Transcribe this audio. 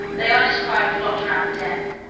they on his cry flocked round the den,